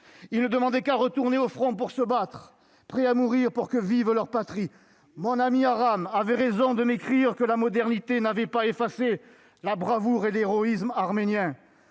ils ne demandaient qu'à retourner au front pour se battre, prêts à mourir pour que vive leur patrie. Mon ami Aram avait raison de m'écrire que la modernité n'avait pas effacé la bravoure et l'héroïsme arméniens